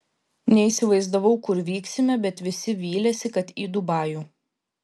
neįsivaizdavau kur vyksime bet visi vylėsi kad į dubajų